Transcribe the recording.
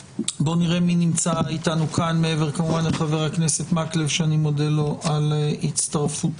אתנו חבר הכנסת מקלב, אני מודה לו על הצטרפותו.